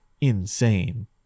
insane